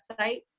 website